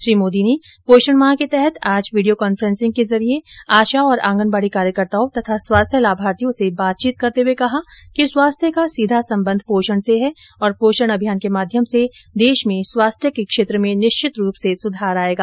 श्री मोदी ने पोषण माह के तहत आज वीडियो कांफेसिंग के जरिये आशा और आंगनबाड़ी कार्यकर्ताओं तथा स्वास्थ्य लाभार्थियों से बातचीत करते हुए कहा कि स्वास्थ्य का सीधा संबंध पोषण से है और पोषण अभियान के माध्यम से देश में स्वास्थ्य के क्षेत्र में निश्चित रूप से सुधार आयेगा